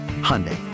Hyundai